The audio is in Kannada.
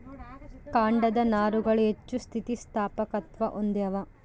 ಕಾಂಡದ ನಾರುಗಳು ಹೆಚ್ಚು ಸ್ಥಿತಿಸ್ಥಾಪಕತ್ವ ಹೊಂದ್ಯಾವ